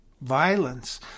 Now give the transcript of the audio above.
violence